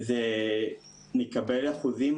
נקבל אחוזים